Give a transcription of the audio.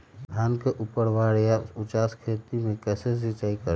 धान के ऊपरवार या उचास खेत मे कैसे सिंचाई करें?